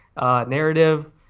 narrative